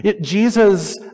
Jesus